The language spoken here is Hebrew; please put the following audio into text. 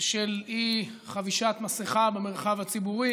בשל אי-חבישת המסכה במרחב הציבורי